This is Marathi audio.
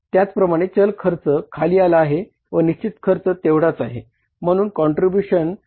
त्याचप्रमाणे चल खर्च खाली आला आहे व निशचित खर्च तेवढाच आहे